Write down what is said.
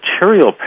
material